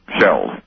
shells